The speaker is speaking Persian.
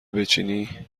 بچینی